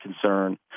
concern